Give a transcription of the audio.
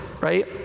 right